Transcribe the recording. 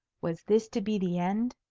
was this to be the end?